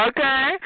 Okay